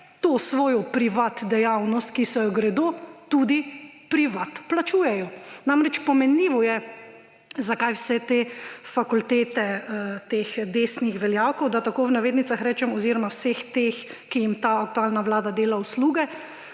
to svojo privatno dejavnost, ki se jo gredo, tudi privatno plačujejo. Namreč, pomenljivo je, zakaj vse te fakultete teh desnih veljakov – da tako v navednicah rečem ‒ oziroma vseh teh, ki jim ta aktualna vlada dela usluge,